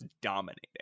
dominating